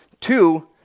Two